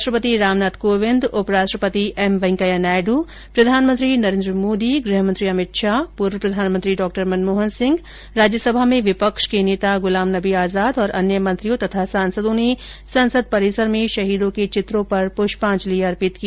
राष्ट्रपति रामनाथ कोविंद उपराष्ट्रपति एम वेंकैया नायड् प्रधानमंत्री नरेन्द्र मोदी गृहमंत्री अमित शाह पूर्व प्रधानमंत्री डॉक्टर मनमोहन सिंह राज्यसभा में विपक्ष के नेता गुलाम नबी आजाद और अन्य मंत्रियों तथा सांसदों ने संसद परिसर में शहीदों के चित्रों पर पुष्पांजलि अर्पित की